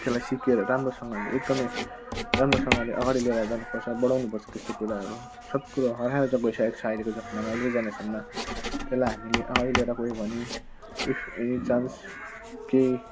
त्यसलाई सिकेर राम्रोसँगले एकदमै राम्रोसँगले अगाडि ल्याएर जानुपर्छ बढाउनुपर्छ त्यस्तो कुराहरू सबै कुराहरू भइसकेको छ अहिलेको जमानामा न्यु जेनेरेसनमा त्यसलाई हामीले अगाडि लिएर गयो भने इफ एनी चान्स के